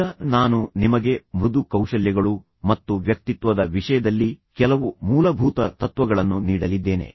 ಈಗ ನಾನು ನಿಮಗೆ ಮೃದು ಕೌಶಲ್ಯಗಳು ಮತ್ತು ವ್ಯಕ್ತಿತ್ವದ ವಿಷಯದಲ್ಲಿ ಕೆಲವು ಮೂಲಭೂತ ತತ್ವಗಳನ್ನು ನೀಡಲಿದ್ದೇನೆ